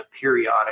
periodic